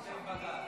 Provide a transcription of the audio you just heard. על שופטי בג"ץ.